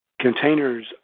Containers